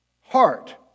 Heart